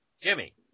Jimmy